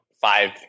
five